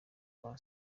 kwa